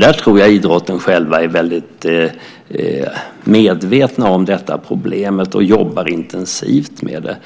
Där tror jag att idrotten själv är väldigt medveten om detta problem och jobbar intensivt med det.